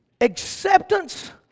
acceptance